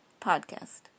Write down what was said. podcast